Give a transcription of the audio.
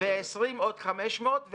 וב-2020 עוד 500 מיליון.